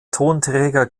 tonträger